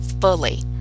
fully